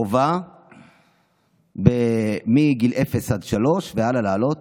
חובה מגיל אפס עד שלוש והלאה, להעלות.